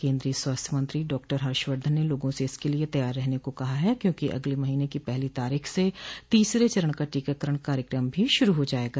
केंद्रीय स्वास्थ्य मंत्री डॉक्टर हर्षवर्धन ने लोगों से इसके लिए तैयार रहने को कहा है क्योंकि अगले महीने की पहली तारीख से तीसरे चरण का टीकाकरण कार्यक्रम भी शुरू हो जायेगा